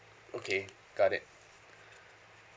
okay got it